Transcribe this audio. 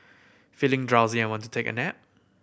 feeling drowsy and want to take a nap